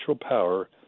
power